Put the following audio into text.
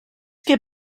què